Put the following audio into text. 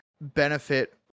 benefit